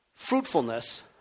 fruitfulness